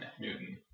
Newton